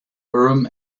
urim